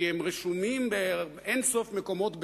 כי הם רשומים באין-ספור מקומות בצה"ל.